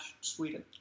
Sweden